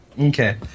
okay